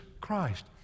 christ